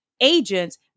agents